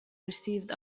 received